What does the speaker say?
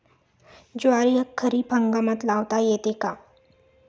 ज्वारी खरीप हंगामात लावता येते का?